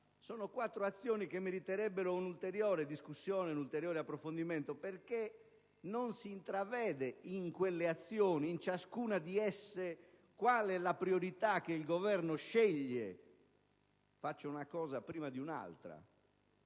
nota aggiuntiva meriterebbero un'ulteriore discussione, un ulteriore approfondimento, perché non si intravede in quelle azioni, in ciascuna di esse, qual è la priorità che il Governo sceglie nell'arco del periodo temporale